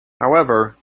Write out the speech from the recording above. however